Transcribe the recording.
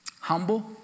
humble